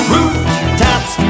Rooftops